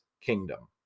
Kingdom